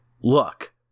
look